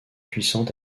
puissantes